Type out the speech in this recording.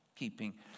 Keeping